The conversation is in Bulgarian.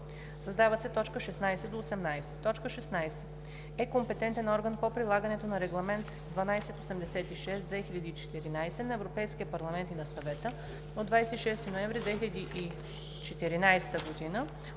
създават се т. 16 – 18: „16. е компетентен орган по прилагането на Регламент (ЕС) № 1286/2014 на Европейския парламент и на Съвета от 26 ноември 2014 г.